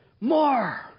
More